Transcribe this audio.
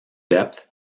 depth